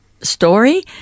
story